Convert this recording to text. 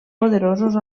poderosos